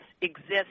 exists